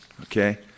Okay